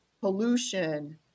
pollution